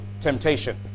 temptation